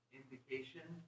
indication